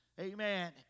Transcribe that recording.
Amen